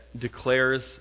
declares